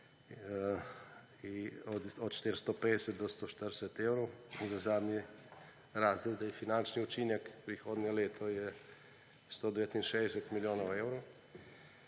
od 450 do 140 evrov za zadnji razred. Finančni učinek za prihodnje leto je 169 milijonov evrov.